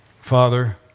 Father